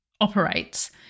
operates